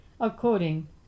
according